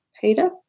Peter